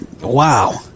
Wow